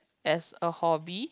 as a hobby